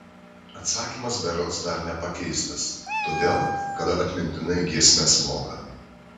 atsakymas berods dar nepakeistas todėl kad atmintinai giesmes moka